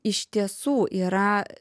iš tiesų yra